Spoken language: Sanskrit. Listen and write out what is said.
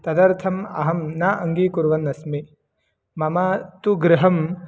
तदर्थम् अहं न अङ्गीकुर्वन्नस्मि मम तु गृहं